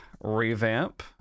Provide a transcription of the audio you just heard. revamp